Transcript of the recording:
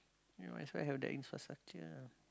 ya that's why have the infrastructure